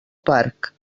parc